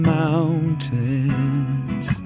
mountains